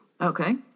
Okay